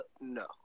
no